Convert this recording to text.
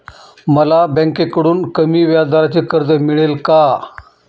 मला बँकेकडून कमी व्याजदराचे कर्ज मिळेल का?